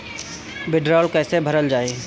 भीडरौल कैसे भरल जाइ?